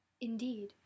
Indeed